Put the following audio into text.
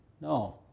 No